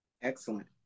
Excellent